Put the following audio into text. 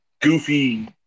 goofy